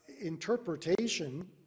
interpretation